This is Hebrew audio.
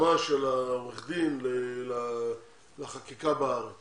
התאמה של עורך דין לחקיקה בארץ